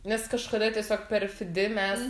nes kažkada tiesiog per fidi mes